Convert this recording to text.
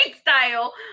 Style